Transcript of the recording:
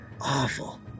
awful